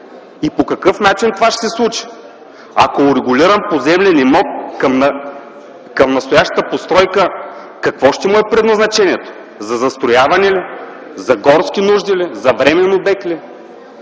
И по какъв начин това ще се случи? Ако е урегулиран поземлен имот към настоящата постройка, какво ще му е предназначението – за застрояване ли, за горски нужди ли, за временен обект ли?